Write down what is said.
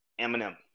Eminem